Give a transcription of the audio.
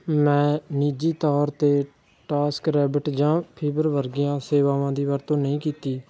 ਮੈਂ ਨਿੱਜੀ ਤੌਰ 'ਤੇ ਟਾਸਕਰੈਬਿਟ ਜਾਂ ਫੀਵਰ ਵਰਗੀਆਂ ਸੇਵਾਵਾਂ ਦੀ ਵਰਤੋਂ ਨਹੀਂ ਕੀਤੀ